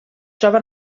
troba